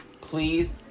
Please